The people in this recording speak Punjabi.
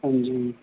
ਹਾਂਜੀ